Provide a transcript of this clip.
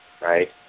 right